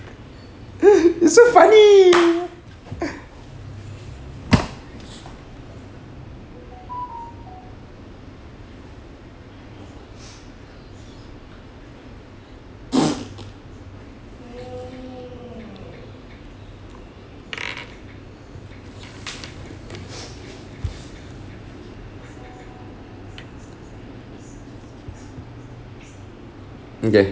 it's so funny okay